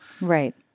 right